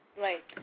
right